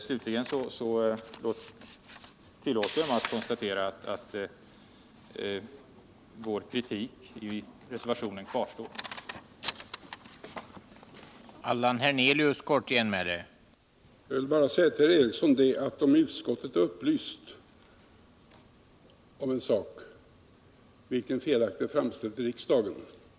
Slutligen tllåter jag mig att konstatera att vår kritik 1 reservationen kvarstår.